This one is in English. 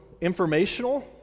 informational